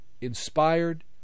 inspired